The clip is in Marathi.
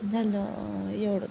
झालं एवढंच